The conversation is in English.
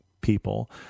people